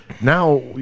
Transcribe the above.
now